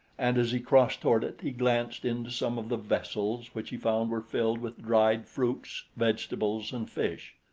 and as he crossed toward it, he glanced into some of the vessels, which he found were filled with dried fruits, vegetables and fish.